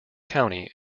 county